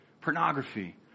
Pornography